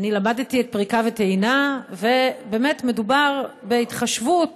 אני למדתי את פריקה וטעינה, ובאמת מדובר בהתחשבות